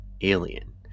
alien